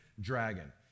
dragon